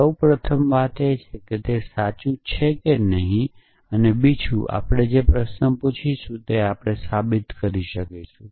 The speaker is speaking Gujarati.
સૌ પ્રથમ વાત છે તે સાચું છે કે નહીં અને બીજું આપણે જે પ્રશ્ન પૂછશું તે આપણે સાબિત કરી શકીશું